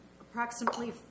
Approximately